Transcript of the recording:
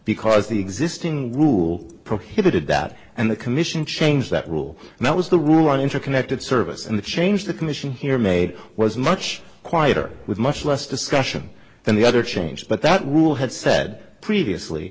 because the existing rule prohibited that and the commission changed that rule and that was the rule on interconnected service and the change the commission here made was much quieter with much less discussion than the other change but that rule had said previously